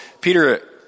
Peter